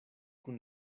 kun